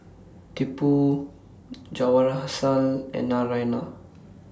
Tipu Jawaharlal and Narayana